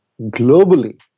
globally